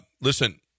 Listen